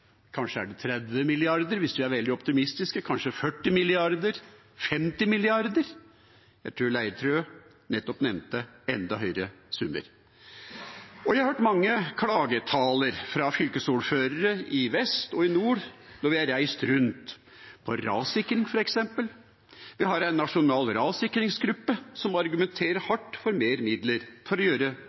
Kanskje er det på 40 mrd. kr? 50 mrd. kr? Jeg tror Leirtrø nettopp nevnte enda høyere summer. Og jeg har hørt mange klagetaler fra fylkesordførere i vest og i nord når vi har reist rundt – om rassikring f.eks. Vi har en nasjonal rassikringsgruppe som argumenterer hardt for mer midler for å gjøre